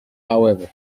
however